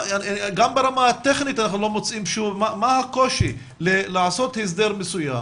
גם ברמה הטכנית מה הקושי לעשות הסדר מסוים